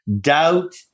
Doubt